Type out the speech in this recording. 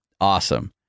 awesome